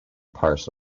part